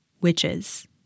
witches